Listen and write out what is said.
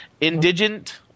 indigent